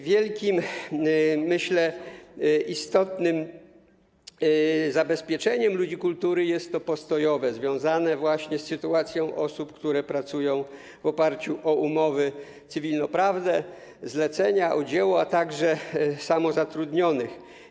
Wielkim, myślę, istotnym zabezpieczeniem ludzi kultury jest postojowe, związane z sytuacją osób, które pracują w oparciu o umowy cywilnoprawne, zlecenia, o dzieło, a także samozatrudnionych.